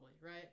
right